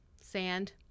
sand